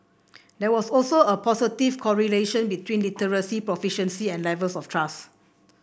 there was also a positive correlation between literacy proficiency and levels of trust